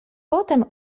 potem